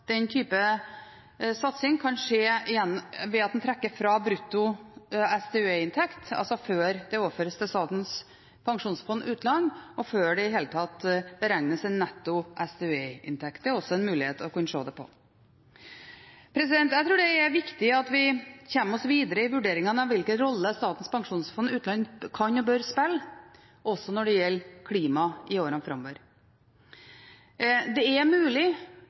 den type satsing kan skje ved at en trekker fra brutto SDØE-inntekt, altså før det overføres til Statens pensjonsfond utland, og før det i det hele tatt beregnes en netto SDØE-inntekt. Det er også en mulig måte å se det på. Jeg tror det er viktig at vi kommer oss videre i vurderingene av hvilken rolle Statens pensjonsfond utland kan og bør spille, også når det gjelder klima, i årene framover. Det er mulig